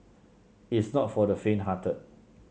it's not for the fainthearted